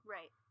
Right